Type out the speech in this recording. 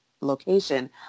location